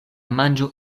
manĝo